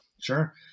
Sure